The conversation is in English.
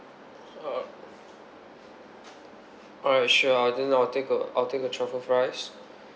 uh alright sure add on a I'll take a I'll take a truffle fries